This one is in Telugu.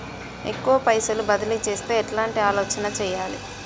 ఎక్కువ పైసలు బదిలీ చేత్తే ఎట్లాంటి ఆలోచన సేయాలి?